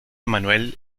manuel